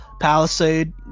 Palisade